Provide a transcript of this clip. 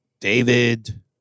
David